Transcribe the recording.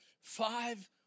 five